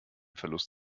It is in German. verlust